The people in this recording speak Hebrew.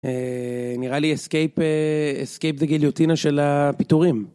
נראה לי אסקייפ דגיליוטינה של הפיטורים